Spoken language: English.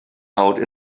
out